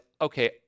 okay